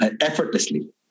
Effortlessly